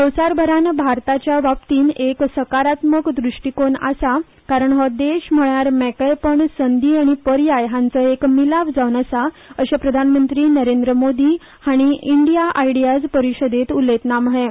संवसारभरान भारता विशीं एक सकारात्मक द्रश्टीकोन आसा कारण हो देश म्हणल्यार मेकळेपण संद आनी पर्याय हांचो एक सांगड जावन आसा अशें प्रधानमंत्री नरेंद्र मोदी हांणी इंडिया आयडीयास परिशदेंत उलयतना म्हळें